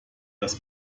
das